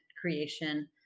creation